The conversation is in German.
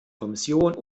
kommission